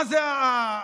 מה זה,